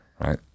right